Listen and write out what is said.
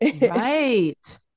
Right